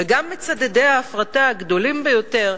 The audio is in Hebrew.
וגם מצדדי ההפרטה הגדולים ביותר,